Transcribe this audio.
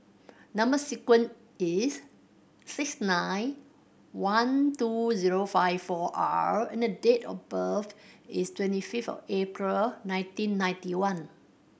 number sequence is six nine one two zero five four R and date of birth is twenty fifth of April nineteen ninety one